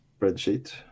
spreadsheet